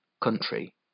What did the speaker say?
country